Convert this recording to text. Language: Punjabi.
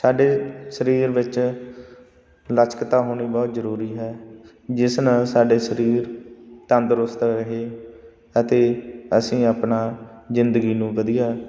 ਸਾਡੇ ਸਰੀਰ ਵਿੱਚ ਲਚਕਤਾ ਹੋਣੀ ਬਹੁਤ ਜ਼ਰੂਰੀ ਹੈ ਜਿਸ ਨਾਲ ਸਾਡੇ ਸਰੀਰ ਤੰਦਰੁਸਤ ਰਹੇ ਅਤੇ ਅਸੀਂ ਆਪਣਾ ਜ਼ਿੰਦਗੀ ਨੂੰ ਵਧੀਆ